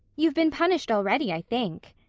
you've been punished already, i think.